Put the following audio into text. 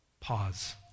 pause